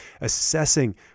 assessing